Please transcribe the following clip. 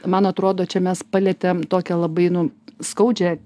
man atrodo čia mes palietėm tokią labai nu skaudžią